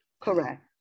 Correct